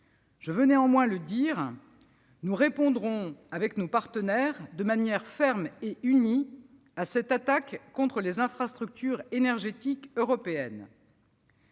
Je veux néanmoins le dire : nous répondrons avec nos partenaires de manière ferme et unie à cette attaque contre les infrastructures énergétiques européennes.